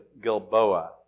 Gilboa